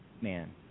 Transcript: man